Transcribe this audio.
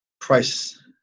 price